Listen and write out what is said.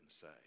say